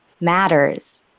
Matters